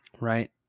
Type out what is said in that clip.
right